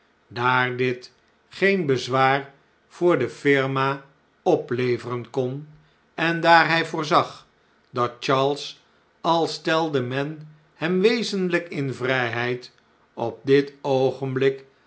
daar dit geen bezwaar voor de firma opleveren kon en daar hij voorzag dat charles al stelde men hem wezenlijk in vrijheid op dit oogenblik